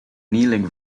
kneeling